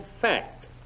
fact